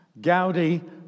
Gaudi